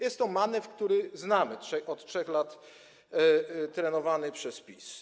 Jest to manewr, który znamy, od 3 lat trenowany przez PiS.